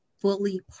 fully